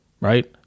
right